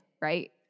right